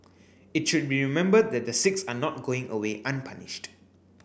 it should be remembered that the six are not going away unpunished